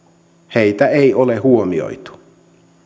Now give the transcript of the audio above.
heitä ei ole huomioitu